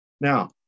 Now